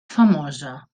famosa